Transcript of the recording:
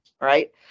right